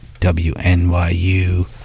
WNYU